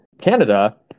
Canada